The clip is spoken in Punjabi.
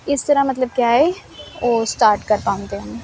ਇਸ ਤਰ੍ਹਾਂ ਮਤਲਬ ਕਿਆ ਹ ਉਹ ਸਟਾਰਟ ਕਰ ਪਾਉਂਦੇ ਨੇ